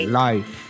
life